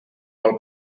qual